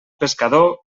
pescador